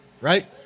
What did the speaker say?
right